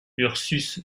ursus